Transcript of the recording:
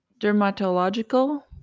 Dermatological